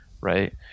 right